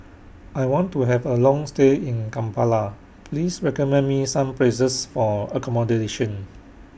I want to Have A Long stay in Kampala Please recommend Me Some Places For accommodation